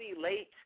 late